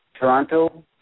Toronto